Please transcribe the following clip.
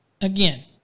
Again